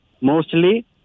Mostly